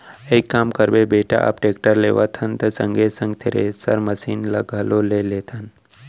एक काम करबे बेटा अब टेक्टर लेवत हन त संगे संग थेरेसर मसीन ल घलौ ले लेथन